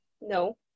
No